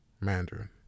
mandarin